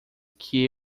que